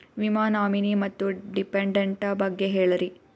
ವಿಮಾ ನಾಮಿನಿ ಮತ್ತು ಡಿಪೆಂಡಂಟ ಬಗ್ಗೆ ಹೇಳರಿ?